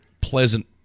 pleasant